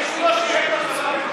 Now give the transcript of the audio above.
מי שלא שירת בצבא בכלל,